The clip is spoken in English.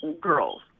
girls